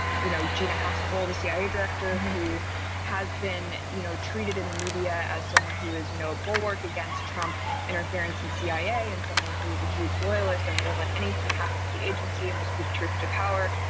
you know, gina haspel, the cia director who has been, you know, treated in the media as someone who is, you know, a bulwark against trump interference and cia and someone who is a huge loyalist and woman. anything happened to the agency and will speak truth to power.